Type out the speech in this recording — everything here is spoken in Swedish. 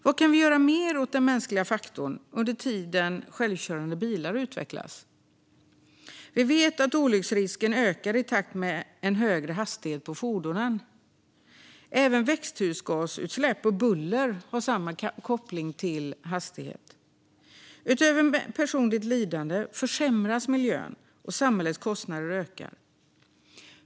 Vad kan vi då göra mer åt den mänskliga faktorn under tiden självkörande bilar utvecklas? Vi vet att olycksrisken ökar i takt med en högre hastighet på fordonen. Även växthusgasutsläpp och buller har samma koppling till hastighet. Utöver personligt lidande försämras miljön, och samhällets kostnader ökar.